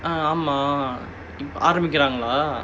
ah ஆமா ஆரம்பிக்கிறாங்களா:aamaa arambikkiraangalaa